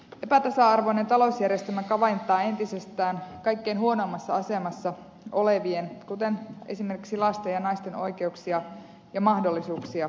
epätasa arvoinen talousjärjestelmä kaventaa entisestään kaikkein huonoimmassa asemassa olevien kuten esimerkiksi lasten ja naisten oikeuksia ja mahdollisuuksia parempaan elämään